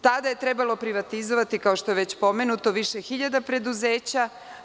Tada je trebalo privatizovati, kao što je pomenuto, više hiljada preduzeća.